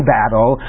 battle